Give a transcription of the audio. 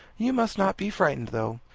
you must not be frightened though.